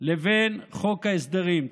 ובין חוק ההסדרים.